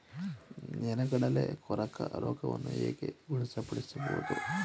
ನೆಲಗಡಲೆ ಕೊರಕ ರೋಗವನ್ನು ಹೇಗೆ ಗುಣಪಡಿಸಬಹುದು?